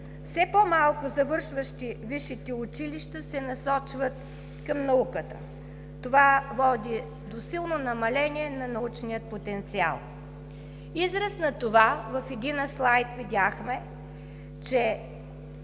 Все по-малко завършващи висшите училища се насочват към науката. Това води до силно намаление на научния потенциал. В израз на това в един слайд видяхме, че